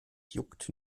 juckt